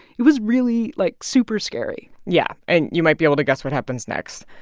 it was really, like, super-scary yeah, and you might be able to guess what happens next.